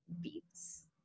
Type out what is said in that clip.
beats